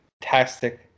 fantastic